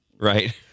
Right